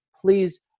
Please